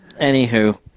Anywho